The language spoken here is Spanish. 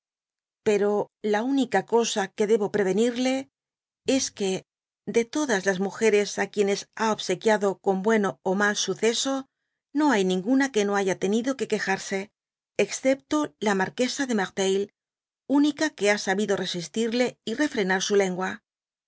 pero la única cosa que debo prevenirle es que de todas las múgeres á quienes lia obsequiada con ueno ó mal suceso no hay ninguna que no haya tenido que que jarse excepto la marquesa de merteuil única que ha sabido resistirle y refrenar su lengua